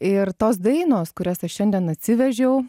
ir tos dainos kurias aš šiandien atsivežiau